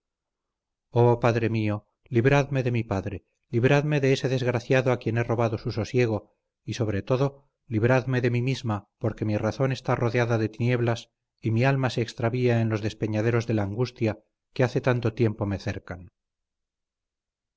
oh padre mío libradme de mi padre libradme de este desgraciado a quien he robado su sosiego y sobre todo libradme de mí misma porque mi razón está rodeada de tinieblas y mi alma se extravía en los despeñaderos de la angustia que hace tanto tiempo me cercan